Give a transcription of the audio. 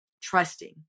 trusting